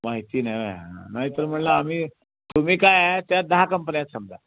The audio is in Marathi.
माहिती नाही होय हां नाहीतर म्हटलं आम्ही तुम्ही काय आहे त्या दहा कंपन्या आहेत समजा